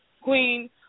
Queen